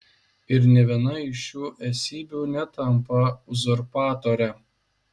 ir nė viena iš šių esybių netampa uzurpatore